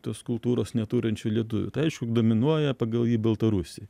tos kultūros neturinčių lietuvių tai aišku dominuoja pagal jį baltarusiai